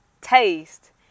taste